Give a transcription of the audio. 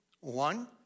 One